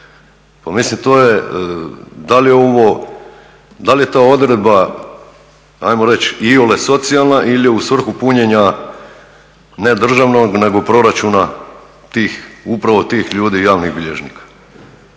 Pa mislim da li je ta odredba ajmo reći iole socijalna ili je u svrhu punjenja ne državnog nego proračuna upravo tih ljudi javnih bilježnika.